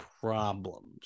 problems